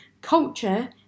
culture